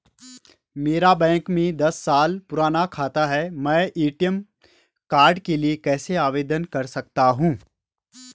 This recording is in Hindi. मेरा बैंक में दस साल पुराना खाता है मैं ए.टी.एम कार्ड के लिए कैसे आवेदन कर सकता हूँ?